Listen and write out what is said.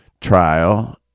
trial